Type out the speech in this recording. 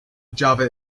java